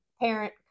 parent